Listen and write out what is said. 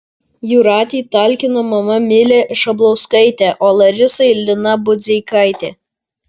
jūratei talkino mama milė šablauskaitė o larisai lina budzeikaitė